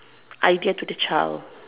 idea to the child